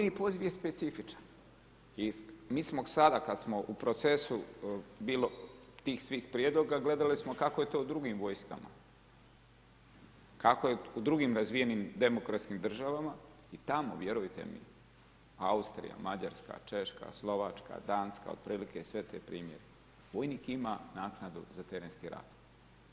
Ovaj poziv je specifičan i mi smo sada kada smo u procesu bilo tih svih prijedloga gledali smo kako je to u drugim vojskama, kako je u drugim razvijenim demokratskim državama i tamo vjerujte mi Austrija, Mađarska, Češka, Slovačka, Danska, od prilike sve te primjere, vojnik ima naknadu za terenski rad.